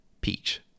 Peach